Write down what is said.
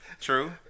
true